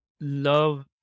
love